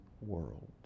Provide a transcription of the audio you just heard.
world